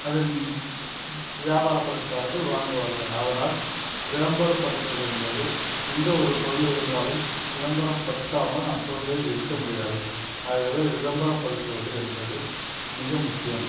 அதை வியாபாரப்படுத்துவார்கள் வாங்குவார்கள் அதனால் விளம்பரப்படுத்துவது என்பது எந்த ஒரு பொருள் இருந்தாலும் விளம்பரம்படுத்தாமல் அப்பொருளை விற்க முடியாது ஆகவே விளம்பரப்படுத்துவது என்பது மிக முக்கியம்